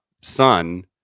son